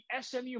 SMU